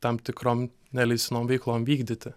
tam tikrom neleistinom veiklom vykdyti